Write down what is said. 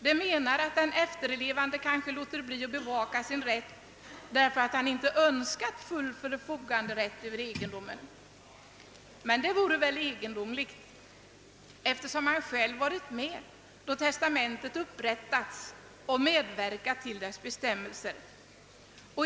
Man menar att den efterlevande kanske underlåter att bevaka sin rätt därför att han inte önskat full förfoganderätt över egendomen. Men det vore väl ett egendomligt handlingssätt, eftersom han själv varit med när testamentet upprättats och medverkat till dess bestämmelser.